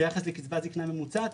ביחס לקצבת זקנה ממוצעת,